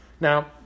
Now